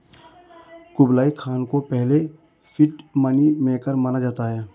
Kublai Khan को पहले fiat money maker माना जाता है